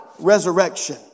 resurrection